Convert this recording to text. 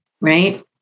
Right